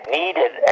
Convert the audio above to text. needed